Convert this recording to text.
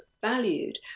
valued